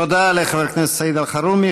תודה לחבר הכנסת סעיד אלחרומי.